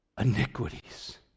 iniquities